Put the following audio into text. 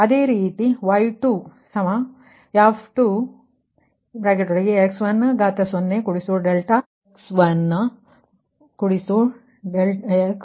ಅದೇ ರೀತಿ y2 ಅದು f2x10 ∆x1 x20 ∆x2 xn0 ∆xn ಮೌಲ್ಯಕ್ಕೆ ಸಮಾನವಾಗಿರುತ್ತದೆ yn fn ನ ಮೌಲ್ಯಕ್ಕೆ